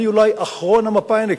אני אולי אחרון המפא"יניקים.